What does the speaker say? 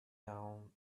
down